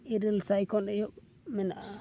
ᱤᱨᱟᱹᱞ ᱥᱟᱭᱠᱷᱚᱱ ᱮᱦᱚᱵ ᱢᱮᱱᱟᱜᱼᱟ